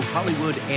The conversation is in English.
Hollywood